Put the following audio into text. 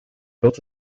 built